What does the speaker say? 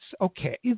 okay